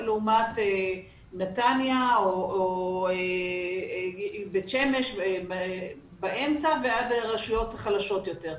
לעומת נתניה או בית שמש באמצע ועד רשויות חלשות יותר.